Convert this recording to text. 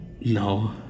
No